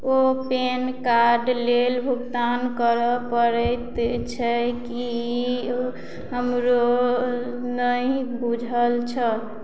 ओ PAN card लेल भुगतान करऽ पड़ैत छै की हमरो नहि बुझल छल